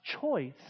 choice